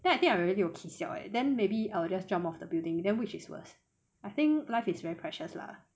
then I think I really will kee siao eh then maybe I will just jumped off the building then which is worse I think life is very precious lah